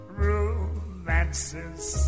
romances